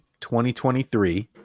2023